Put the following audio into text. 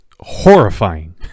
horrifying